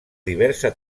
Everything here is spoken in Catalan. diversa